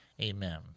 amen